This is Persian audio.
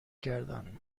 کردن